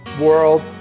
world